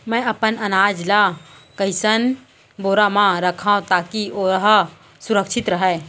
मैं अपन अनाज ला कइसन बोरा म रखव ताकी ओहा सुरक्षित राहय?